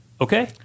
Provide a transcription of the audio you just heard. Okay